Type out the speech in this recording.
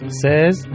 says